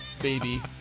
baby